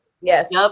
Yes